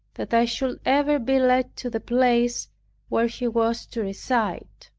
that i should ever be led to the place where he was to reside.